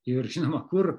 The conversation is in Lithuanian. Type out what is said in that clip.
ir žinoma kur